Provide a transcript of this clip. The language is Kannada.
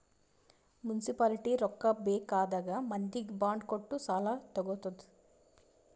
ಮುನ್ಸಿಪಾಲಿಟಿ ರೊಕ್ಕಾ ಬೇಕ್ ಆದಾಗ್ ಮಂದಿಗ್ ಬಾಂಡ್ ಕೊಟ್ಟು ಸಾಲಾ ತಗೊತ್ತುದ್